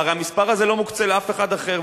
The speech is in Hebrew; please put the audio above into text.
הרי המספר הזה לא מוקצה לאף אחד אחר,